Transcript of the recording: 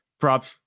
props